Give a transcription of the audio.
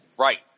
right